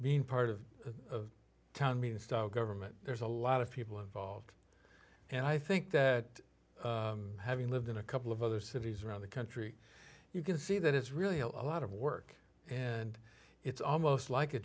being part of a town meeting style government there's a lot of people involved and i think that having lived in a couple of other cities around the country you can see that it's really a lot of work and it's almost like a